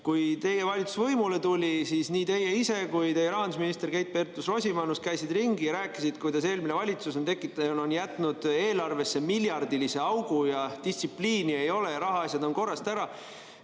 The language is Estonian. Kui teie valitsus võimule tuli, siis nii teie ise kui ka teie rahandusminister Keit Pentus-Rosimannus käisite ringi ja rääkisite, kuidas eelmine valitsus on jätnud eelarvesse miljardilise augu ja distsipliini ei ole, rahaasjad on korrast ära.